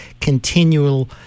continual